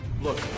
Look